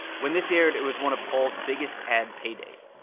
when this aired, it was one of paul's biggest ad pay days.